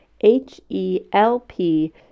H-E-L-P